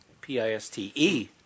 P-I-S-T-E